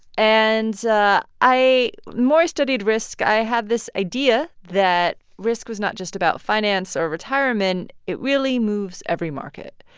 and i more studied risk. i had this idea that risk was not just about finance or retirement. it really moves every market.